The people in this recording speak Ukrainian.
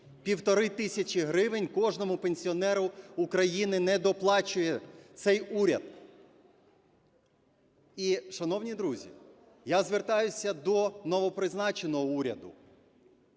Півтори тисячі гривень кожному пенсіонеру України не доплачує цей уряд. І, шановні друзі, я звертаюся до новопризначеного уряду.